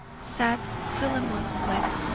sat philemon webb,